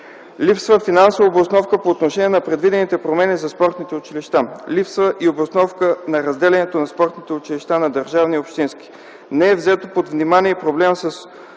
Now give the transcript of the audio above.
Липсва финансова обосновка по отношение на предвидените промени за спортните училища. Липсва и обосновка на разделението на спортните училища на държавни и общински. Не е взет под внимание и проблемът